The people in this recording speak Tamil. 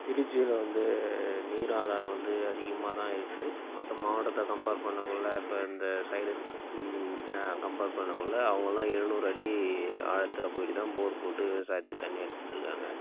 திருச்சியில வந்து நீர் ஆதாரம் வந்து அதிகமாக தான் இருக்குது மற்ற மாவட்டத்தை கம்பேர் பண்ணக்குள்ள இப்போ இந்த சைடு கம்பேர் பண்ணக்குள்ள அவங்கள்லாம் எழுநூறு அடி ஆழத்தில் போய்ட்டு தான் போர் போட்டு விவசாயத்துக்கு தண்ணி எடுத்துகிட்ருக்காங்க